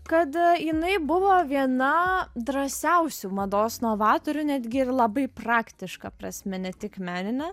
kad jinai buvo viena drąsiausių mados novatorių netgi ir labai praktiška prasme ne tik menine